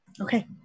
Okay